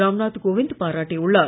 ராம் நாத் கோவிந்த் பாராட்டியுள்ளார்